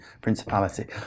principality